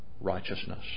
righteousness